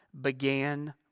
began